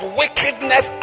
wickedness